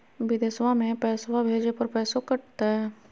बिदेशवा मे पैसवा भेजे पर पैसों कट तय?